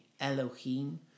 Elohim